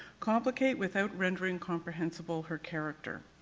complicate without rendering comprehensible her character.